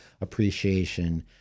appreciation